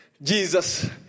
Jesus